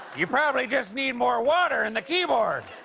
you probably just need more water in the keyboard.